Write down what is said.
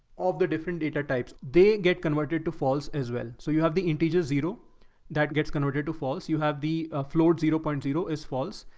of the different data types. they get converted to false as well. so you have the integer zero that gets converted to false. you have the float zero point zero is false.